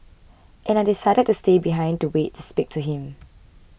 and I decided to stay behind to wait to speak to him